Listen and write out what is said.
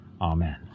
Amen